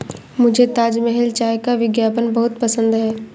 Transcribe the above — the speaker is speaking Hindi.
मुझे ताजमहल चाय का विज्ञापन बहुत पसंद है